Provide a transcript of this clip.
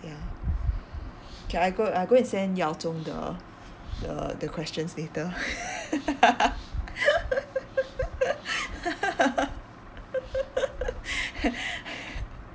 ya okay I go I go and send yao zhong the the questions later